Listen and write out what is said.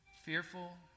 Fearful